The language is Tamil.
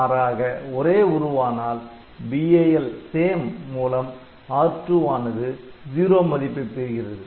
மாறாக ஒரே உருவானால் BAL Same மூலம் R2 வானது '0' மதிப்பை பெறுகிறது